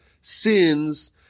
sins